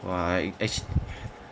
!wah! eh actually